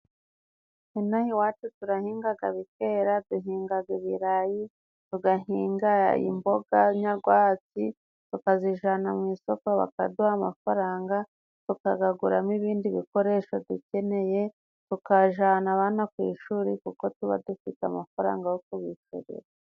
Ino aha iwacu turahingaga bikera, duhingaga ibirayi, tugahinga imboga nyagwatsi, tukazijana mu isoko bakaduha amafaranga, tukagaguramo ibindi bikoresho dukeneye, tukajana abana ku ishuri kuko tuba dufite amafaranga yo kubishurira.